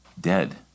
dead